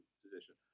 position